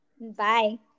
Bye